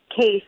case